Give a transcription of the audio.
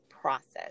process